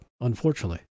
unfortunately